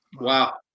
Wow